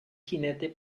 jinete